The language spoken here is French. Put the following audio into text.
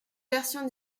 versions